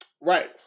Right